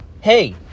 hey